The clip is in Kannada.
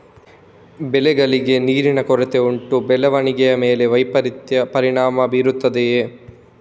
ಬೆಳೆಗಳಿಗೆ ನೀರಿನ ಕೊರತೆ ಉಂಟಾ ಬೆಳವಣಿಗೆಯ ಮೇಲೆ ವ್ಯತಿರಿಕ್ತ ಪರಿಣಾಮಬೀರುತ್ತದೆಯೇ?